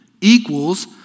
equals